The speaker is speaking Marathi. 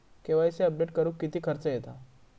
के.वाय.सी अपडेट करुक किती खर्च येता?